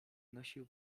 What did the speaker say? nosił